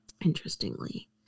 Interestingly